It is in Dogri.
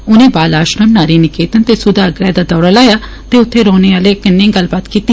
उनें बाल आश्रम नारी निकेतन ते सुधार गृह दा दौरा लाया ते उत्थे रौहने आह्लें कन्नै गल्लबात कीती